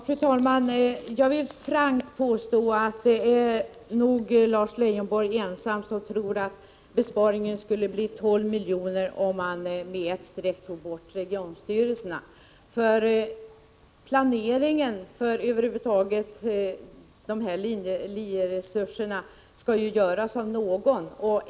Fru talman! Jag vill frankt påstå att Lars Leijonborg nog är ensam om att tro att besparingen skulle bli 12 milj.kr. om man med ett streck tog bort regionstyrelserna. Planeringen för LIE-resurserna skall ju göras av någon.